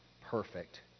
Perfect